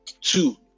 Two